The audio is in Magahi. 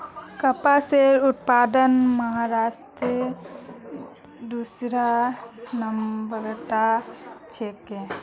कपासेर उत्पादनत महाराष्ट्र दूसरा नंबरत छेक